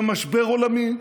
זה משבר עולמי.